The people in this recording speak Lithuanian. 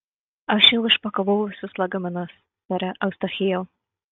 aš jau išpakavau visus lagaminus sere eustachijau